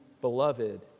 beloved